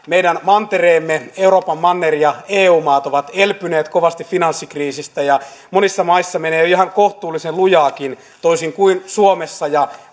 meidän mantereemme euroopan manner ja eu maat ovat elpyneet kovasti finanssikriisistä ja monissa maissa menee jo ihan kohtuullisen lujaakin toisin kuin suomessa ja